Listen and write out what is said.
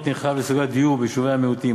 נרחב לסוגיות דיור ביישובי המיעוטים.